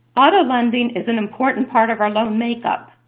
auto lending is an important part of our loan makeup.